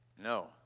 No